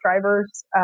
drivers